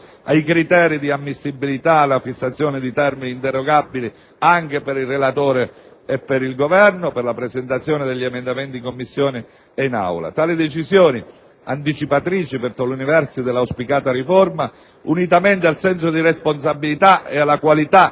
ai criteri di ammissibilità ed alla fissazione di termini inderogabili anche per il relatore e il Governo per la presentazione degli emendamenti in Commissione e in Aula. Tali decisioni, anticipatrici dell'auspicata riforma, unitamente al senso di responsabilità e alla qualità